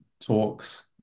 talks